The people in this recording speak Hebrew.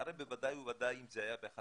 הרי בוודאי ובוודאי אם זה היה באחת